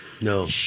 No